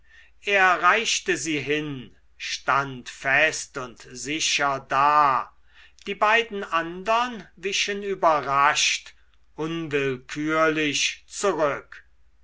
er reichte sie hin stand fest und sicher da die beiden andern wichen überrascht unwillkürlich zurück